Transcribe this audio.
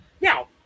Now